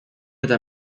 eta